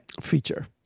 feature